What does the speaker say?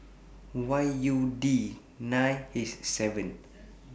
Y U D nine H seven